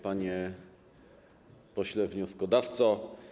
Panie Pośle Wnioskodawco!